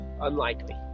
unlikely